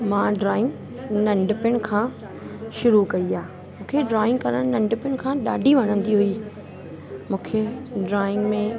मां ड्रॉइंग नंढपण खां शुरू कई आहे मूंखे ड्रॉइंग करणु नंढपण खां ॾाढी वणंदी हुई मूंखे ड्रॉइंग में